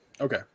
Okay